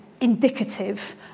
indicative